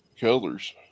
colors